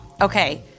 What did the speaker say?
Okay